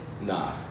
Nah